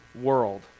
world